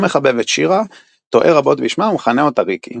לא מחבב את שירה, טועה רבות בשמה ומכנה אותה ריקי.